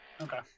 Okay